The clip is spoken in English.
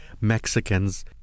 Mexicans